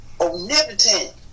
omnipotent